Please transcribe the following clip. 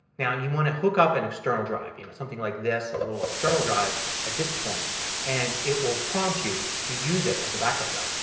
now you want to hook up an external drive. you know something like this. a little external drive at this point and it will prompt you to use it as a backup drive.